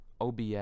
OBS